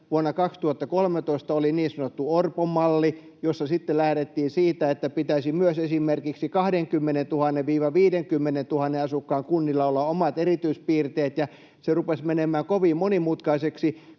Vuonna 2013 oli niin sanottu Orpon malli, jossa sitten lähdettiin siitä, että pitäisi myös esimerkiksi 20 000—50 000:n asukkaan kunnilla olla omat erityispiirteet, ja se rupesi menemään kovin monimutkaiseksi,